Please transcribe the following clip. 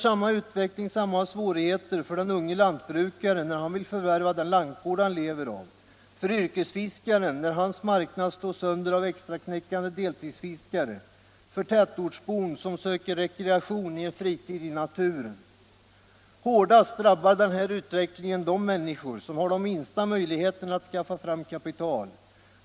Samma utveckling, samma svårigheter möter för den unge lantbrukaren när han skall förvärva den lantgård han vill leva av, för yrkesfiskaren när hans marknad slås sönder av extraknäckande deltidsfiskare, för tätortsbon som söker rekreation i en fritid i naturen. Hårdast drabbar denna utveckling de människor som har de minsta möjligheterna att skaffa fram kapital.